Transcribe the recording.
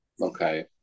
Okay